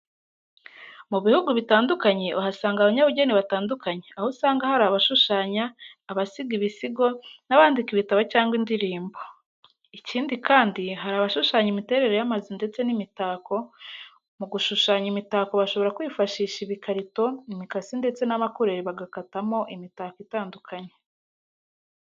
Mu bihugu bitandukanye uhasanga abanyabugeni batandukanye, aho usanga hari abashushanya, abasiga ibisigo n'ababandika ibitabo cyangwa indirimbo. Ikindi kandi hari abashushanya imiterere y'amazu ndetse n'imitako, mu gushushanya imitako bashobora kwifashisha ibikarato, imikasi ndetse n'amakureri bagakatamo imitako itandukanye.